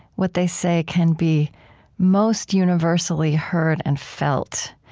what they say can be most universally heard and felt.